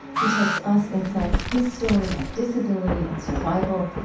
he takes us inside his story of disability and survival,